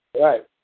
Right